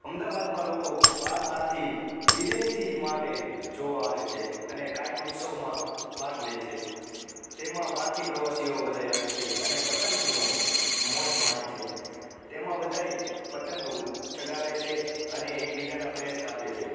અમદાવાદમાં લોકો બહાર બહારથી વિદેશથી માટે જોવા આવે છે અને કાઈટ ઉત્સવમાં ભાગ લે છે તેમાં બહારથી પ્રવાસીઓ બધા આવે છે અને પતંગનું મોજ માણે છે તેમા બધાય પતંગો ચગાવે છે અને એક બીજાના પેચ કાપે છે